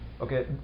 Okay